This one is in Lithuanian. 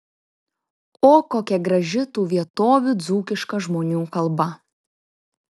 o kokia graži tų vietovių dzūkiška žmonių kalba